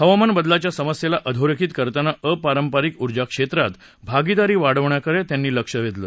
हवामान बदलाच्या समस्येला अधोरेखित करताना अपारंपरिक उर्जा क्षेत्रात भागीदारी वाढवण्याकडे त्यांनी लक्ष वेधलं